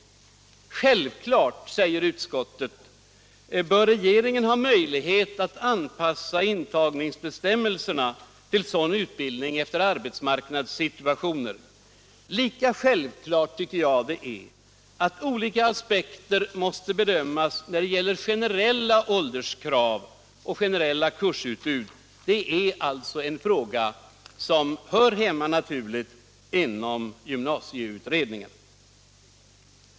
Det är självklart, säger utskottet, att regeringen bör ha möjlighet att anpassa bestämmelserna för intagning till sådan utbildning efter arbetsmarknadssituationen. Lika självklart tycker jag att det är att olika aspekter måste bedömas när det gäller generella ålderskrav och generella kursutbud. Det är alltså en fråga som naturligt hör hemma i gymnasieutredningen.